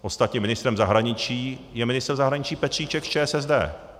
Ostatně ministrem zahraničí je ministr zahraničí Petříček z ČSSD.